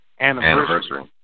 anniversary